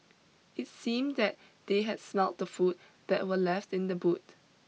it seemed that they had smelt the food that were left in the boot